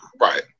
Right